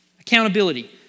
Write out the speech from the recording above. Accountability